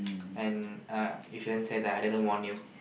and uh you shouldn't said that I didn't warn you